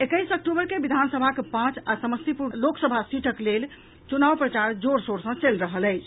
एकैस अक्टूबर के विधानसभाक पांच आ समस्तीपुर लोकसभा सीटक लेल चुनाव प्रचार जोर शोर सँ चलि रहल अछि